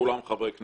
כולם חברי כנסת,